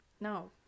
No